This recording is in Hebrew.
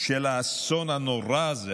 של האסון הנורא הזה,